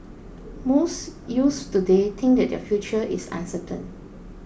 most youths today think that their future is uncertain